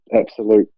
absolute